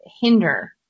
hinder